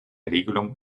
regelung